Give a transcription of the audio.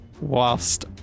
whilst